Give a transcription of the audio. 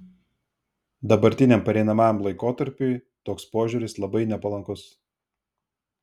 dabartiniam pereinamajam laikotarpiui toks požiūris labai nepalankus